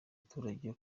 abaturage